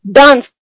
dance